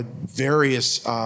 various